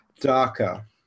darker